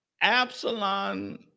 Absalom